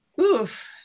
Oof